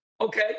okay